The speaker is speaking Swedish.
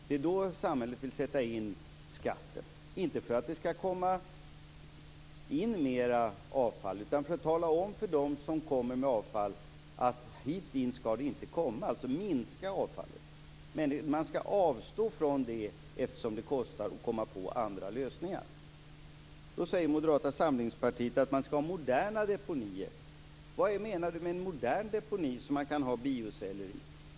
Det är då samhället vill sätta in skatten. Inte för att det skall komma in mer avfall, utan för att tala om för dem som kommer med avfall att hit skall det inte komma. Man skall alltså minska avfallet. Man skall avstå från det eftersom det kostar, och komma på andra lösningar. Moderata samlingspartiet säger att man skall ha moderna deponier. Vad menar man med en modern deponi som man kan ha bioceller i?